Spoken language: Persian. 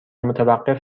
متوقف